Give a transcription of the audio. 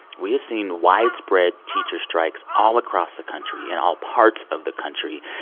we have seen widespread teacher strikes all across the country in all parts of the country.